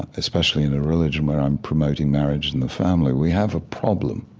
especially in a religion where i'm promoting marriage and the family we have a problem